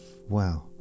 wow